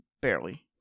Barely